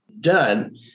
done